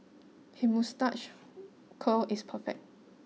his moustache curl is perfect